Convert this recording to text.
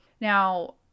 Now